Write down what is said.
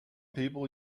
people